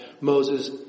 Moses